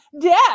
death